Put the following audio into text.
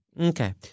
Okay